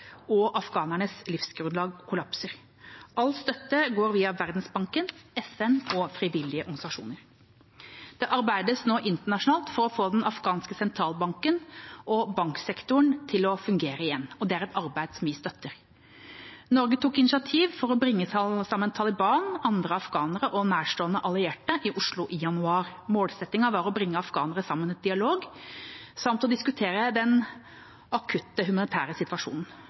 og afghaneres livsgrunnlag kollapser. All støtte går via Verdensbanken, FN og frivillige organisasjoner. Det arbeides nå internasjonalt for å få den afghanske sentralbanken og banksektoren til å fungere igjen. Det er et arbeid vi støtter. Norge tok initiativ for å bringe sammen Taliban, andre afghanere og nærstående allierte i Oslo i januar. Målsettingen var å bringe afghanere sammen til dialog samt å diskutere den akutte humanitære situasjonen.